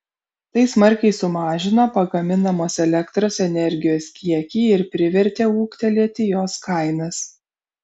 tai smarkiai sumažino pagaminamos elektros energijos kiekį ir privertė ūgtelėti jos kainas